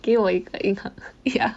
给我一个银行 ya